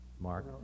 Mark